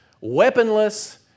weaponless